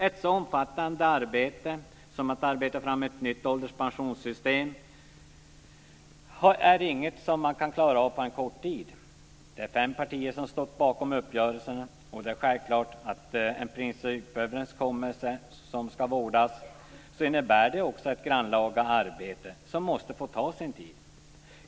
Ett så omfattande arbete som att ta fram ett nytt ålderspensionssytem är inget som man kan klara av på en kort tid. Det är fem partier som har stått bakom uppgörelsen, och det är självklart att en principöverenskommelse som ska vårdas också innebär ett grannlaga arbete som måste få ta sin tid.